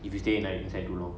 if you stay in inside too long